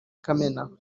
kamena